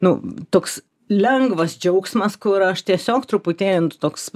nu toks lengvas džiaugsmas kur aš tiesiog truputėlį nu toks